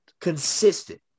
Consistent